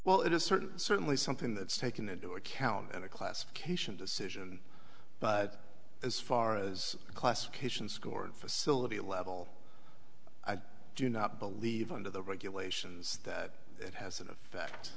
well it is certainly certainly something that's taken into account and a classification decision but as far as the classification scored facility level i do not believe under the regulations that it has in effect